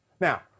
Now